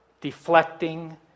deflecting